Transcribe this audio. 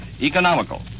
economical